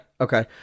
okay